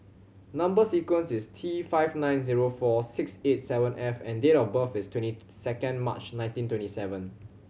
number sequence is T five nine zero four six eight seven F and date of birth is twenty second March nineteen twenty seven